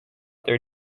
their